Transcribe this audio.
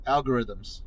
Algorithms